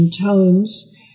tones